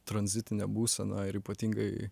tranzitinė būsena ir ypatingai